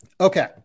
Okay